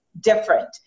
different